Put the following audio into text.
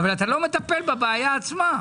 אבל אתה לא מטפל בבעיה עצמה.